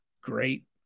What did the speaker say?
great